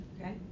Okay